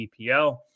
EPL